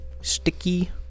sticky